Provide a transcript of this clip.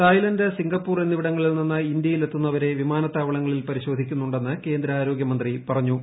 Thailand Singapore എന്നിവിടങ്ങളിൽ നിന്ന് ഇന്ത്യയിൽ എത്തുന്നവരെ വിമാനതാവളങ്ങളിൽ പരിശോധിക്കുന്നണ്ടെന്ന് കേന്ദ്ര ആരോഗ്യമന്ത്രി പറഞ്ഞു